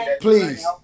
Please